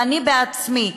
ואני בעצמי,